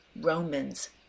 Romans